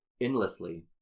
endlessly